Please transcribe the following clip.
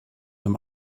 him